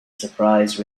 surprise